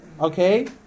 Okay